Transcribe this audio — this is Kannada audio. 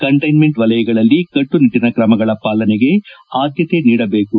ಕಂಟೈನ್ಮೆಂಟ್ ವಲಯಗಳಲ್ಲಿ ಕಟ್ಟುನಿಟ್ಟಿನ ಕ್ರಮಗಳ ಪಾಲನೆಗೆ ಆದ್ಯತೆ ನೀಡಬೇಕು